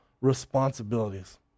responsibilities